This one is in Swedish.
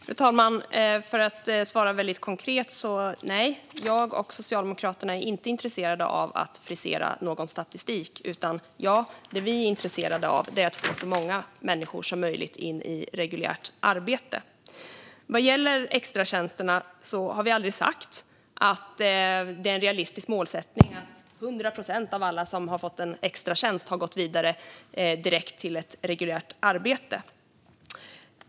Fru talman! Jag ska svara väldigt konkret: Nej, jag och Socialdemokraterna är inte intresserade av att frisera någon statistik. Det som vi är intresserade av är att få så många människor som möjligt in i reguljärt arbete. Vad gäller extratjänsterna har vi aldrig sagt att det är en realistisk målsättning att 100 procent av alla som har fått en extratjänst går vidare direkt till ett reguljärt arbete.